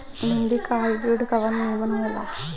भिन्डी के हाइब्रिड कवन नीमन हो ला?